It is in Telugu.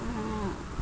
ఆ